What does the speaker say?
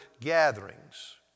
gatherings